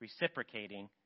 reciprocating